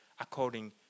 according